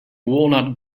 walnut